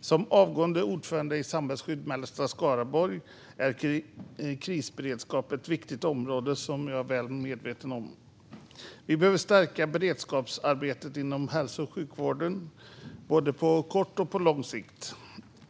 Som avgående ordförande i Samhällsskydd Mellersta Skaraborg är jag väl medveten om att krisberedskap ett viktigt område. Vi behöver stärka beredskapsarbetet inom hälso och sjukvården på både kort och lång sikt.